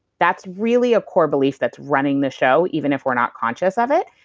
that's really a core belief that's running the show, even if we're not conscious of it,